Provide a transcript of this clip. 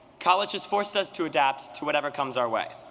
college has forced us to adapt to whatever comes our way.